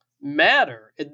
matter